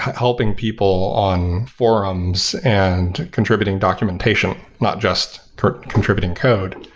helping people on forums and contributing documentation, not just contributing code.